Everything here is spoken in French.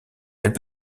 elle